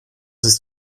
ist